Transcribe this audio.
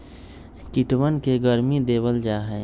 कीटवन के गर्मी देवल जाहई